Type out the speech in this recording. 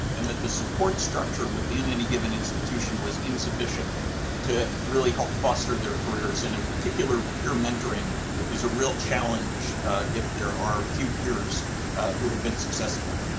and that the support structure within any given institution was insufficienct to really help foster their careers and in particular, peer mentoring is a real challenge if there are few peers who have been successful.